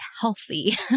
healthy